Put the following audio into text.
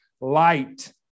light